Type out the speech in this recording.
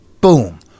Boom